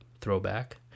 throwback